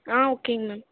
ஓகேங்க மேம்